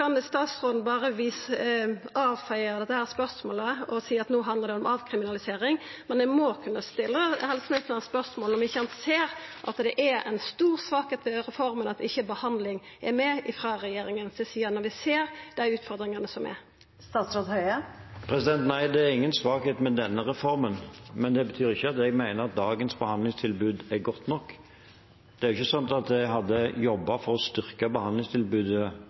statsråden berre avfeia dette spørsmålet og seia at det no handlar om avkriminalisering, men eg må kunna stilla helseministeren spørsmål om han ikkje ser at det er ei stor svakheit ved reforma at behandling ikkje er med frå regjeringa si side, når vi ser dei utfordringane som er. Nei, det er ingen svakhet ved denne reformen, men det betyr ikke at jeg mener at dagens behandlingstilbud er godt nok. Det er jo ikke sånn at jeg hadde jobbet for å